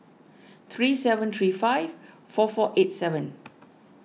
three seven three five four four eight seven